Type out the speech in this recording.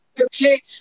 okay